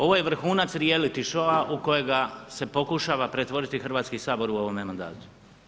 Ovo je vrhunac reality showa u kojega se pokušava pretvoriti Hrvatski sabor u ovome mandatu.